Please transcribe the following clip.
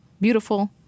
beautiful